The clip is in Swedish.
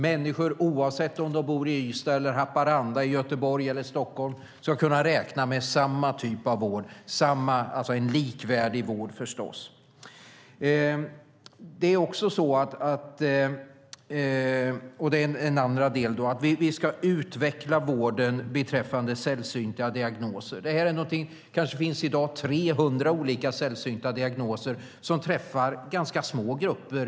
Oavsett om människor bor i Ystad eller Haparanda, Göteborg eller Stockholm ska de förstås kunna räkna med en likvärdig vård. Den andra är att vi ska utveckla vården beträffande sällsynta diagnoser. I dag kanske det finns 300 olika sällsynta diagnoser som träffar ganska små grupper.